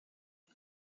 ses